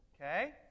Okay